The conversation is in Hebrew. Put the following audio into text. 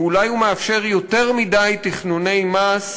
ואולי הוא מאפשר יותר מדי תכנוני מס,